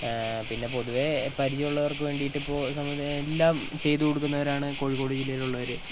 പിന്നെ പൊതുവേ പരിചയമുള്ളവർക്ക് വേണ്ടിയിട്ട് ഇപ്പോൾ സംഗതി എല്ലാം ചെയ്തു കൊടുക്കുന്നവരാണ് കോഴിക്കോട് ജില്ലയിലുള്ളവർ